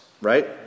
right